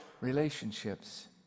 Relationships